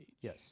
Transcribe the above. Yes